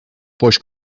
pois